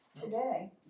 today